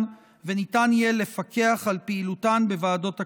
וניתן יהיה לפקח על פעילותן בוועדות הכנסת.